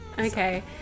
Okay